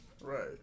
right